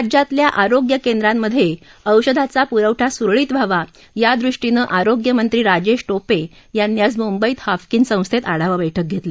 राज्यातल्या आरोग्य केंद्रांमधे औषधाचा पुरवठा सुरळीत व्हावा या दृष्टीनं आरोग्यमंत्री राजेश टोपे यांनी आज मुंबईत हाफकीन संस्थेत आढावा बैठक घेतली